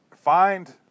find